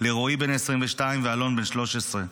לרועי בן ה-22 ולאלון בן ה-13.